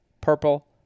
purple